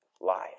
life